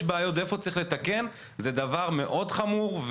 בעיות ואיפה צריך לתקן זה דבר מאוד חמור.